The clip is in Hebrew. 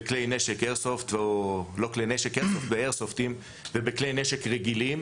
גם בכלי נשק רגילים.